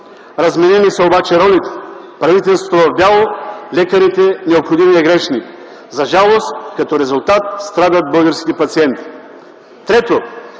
Разменени са обаче ролите: правителството е в бяло, а лекарите – необходимият грешник. За жалост, като резултат страдат българските пациенти.